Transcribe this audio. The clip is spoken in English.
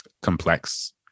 complex